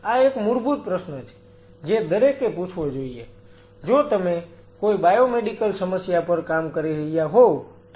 આ એક મૂળભૂત પ્રશ્ન છે જે દરેકે પૂછવો જોઈએ જો તમે કોઈ બાયોમેડિકલ સમસ્યા પર કામ કરી રહ્યા હોવ તો